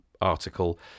Article